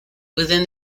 within